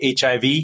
HIV